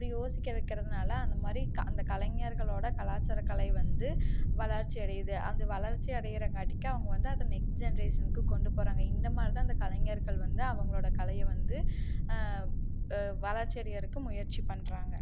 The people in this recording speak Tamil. அப்படி யோசிக்க வக்கறதனால அந்த மாதிரி அந்த கலைஞர்களோட கலாச்சார கலை வந்து வளர்ச்சி அடையுது அது வளர்ச்சி அடைகிற காட்டிக்கும் அவங்க வந்து அதை நெக்ஸ்ட் ஜென்ரேஷன்க்கு கொண்டு போகிறாங்க இந்த மாதிரிதான் அந்த கலைஞர்கள் வந்து அவங்களோட கலையை வந்து வளர்ச்சி அடைகிறுக்கு முயற்சி பண்ணுறாங்க